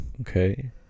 Okay